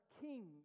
kings